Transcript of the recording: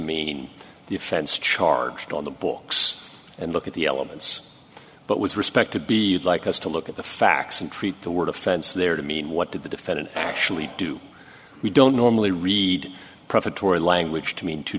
offense charged on the books and look at the elements but with respect to be like us to look at the facts and treat the word offense there to mean what did the defendant actually do we don't normally read prefatory language to mean two